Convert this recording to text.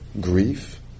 grief